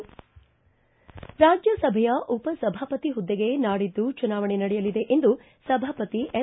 ರಾಜ್ಯಸಭೆಯ ಉಪಸಭಾಪತಿ ಹುದ್ದೆಗೆ ನಾಡಿದ್ದು ಚುನಾವಣೆ ನಡೆಯಲಿದೆ ಎಂದು ಸಭಾಪತಿ ಎಂ